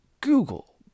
Google